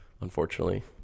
Unfortunately